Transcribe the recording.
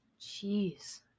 Jeez